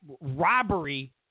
robbery